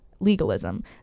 legalism